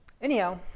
Anyhow